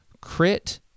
crit